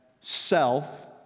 self